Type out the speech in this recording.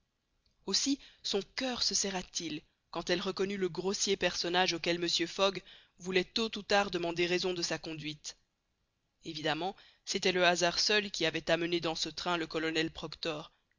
aussi son coeur se serra t il quand elle reconnut le grossier personnage auquel mr fogg voulait tôt ou tard demander raison de sa conduite évidemment c'était le hasard seul qui avait amené dans ce train le colonel proctor